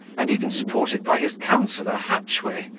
and even supported by his councilor hatchway,